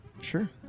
Sure